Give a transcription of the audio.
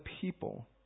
people